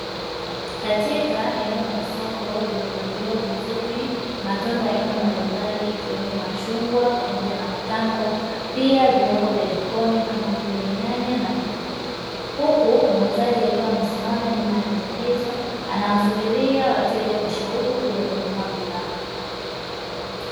Katika eneo la soko lililopangiliwa vizuri matunda ya aina mbalimbali ikiwemo machungwa pamoja na matango piah viungo vya jikoni kama vile nyanya na vitunguu huku muuzaji akiwa amesimama nyuma ya meza hizo anawasubiria wateja kwa shauku kuja kununua bidhaa.